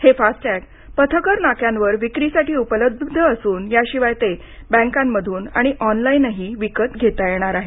हे फास्टॅग पथकर नाक्यांवर विक्रीसाठी उपलब्ध असून याशिवाय ते बँकांमधून आणि ऑनलाईनही विकत घेता येणार आहेत